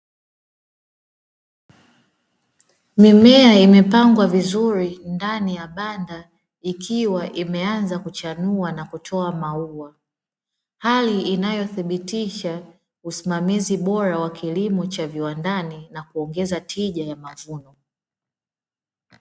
Mimea imepangwa vizuri ndani ya banda ikiwa imeanza kuchanua na kutoa maua, hali inayothibitisha usimamizi bora wa kilimo cha viwandani na kuongeza tija ya mavuno.